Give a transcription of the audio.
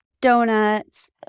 donuts